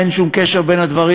אין שום קשר בין הדברים.